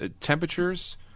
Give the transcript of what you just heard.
temperatures